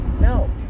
No